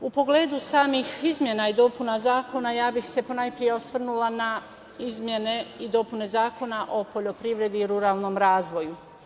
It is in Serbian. U pogledu samih izmena i dopuna zakona, ja bih se ponajpre osvrnula na izmene i dopune Zakona o poljoprivredi i ruralnom razvoju.